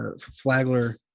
Flagler